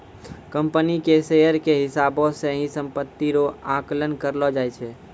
company के share के हिसाबौ से ही सम्पत्ति रो आकलन करलो जाय छै